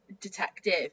detective